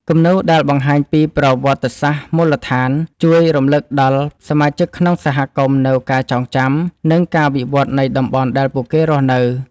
គំនូរដែលបង្ហាញពី ប្រវត្តិសាស្ត្រមូលដ្ឋាន ជួយរំលឹកដល់សមាជិកក្នុងសហគមន៍នូវការចងចាំ និងការវិវត្តនៃតំបន់ដែលពួកគេរស់នៅ។